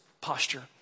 posture